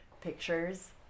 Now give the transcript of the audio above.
pictures